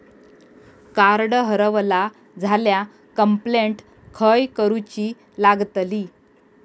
Card हरवला झाल्या complaint खय करूची लागतली?